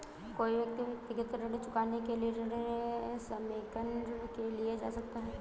कोई व्यक्ति व्यक्तिगत ऋण चुकाने के लिए ऋण समेकन ऋण के लिए जा सकता है